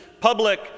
public